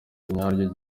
nyaryo